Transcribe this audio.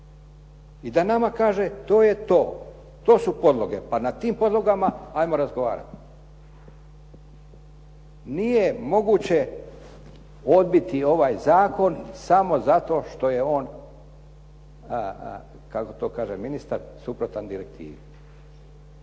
i da nama kaže to je to. To su podloge, pa na tim podlogama hajmo razgovarati. Nije moguće odbiti ovaj zakon samo zato što je on kako to kaže ministar suprotan direktivi.